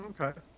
Okay